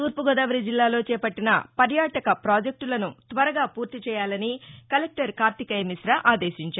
తూర్పు గోదావరి జిల్లాలో చేపట్లిన పర్యాటక ప్రాజెక్షులను త్వరగా పూర్తి చేయాలని కలెక్షర్ కార్తికేయ మికా ఆదేశించారు